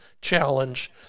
challenge